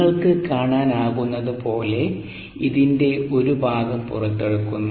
നിങ്ങൾക്ക് കാണാനാകുന്നതുപോലെ ഇതിന്റെ ഒരു ഭാഗം പുറത്തെടുക്കുന്നു